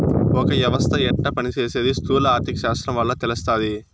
ఒక యవస్త యెట్ట పని సేసీది స్థూల ఆర్థిక శాస్త్రం వల్ల తెలస్తాది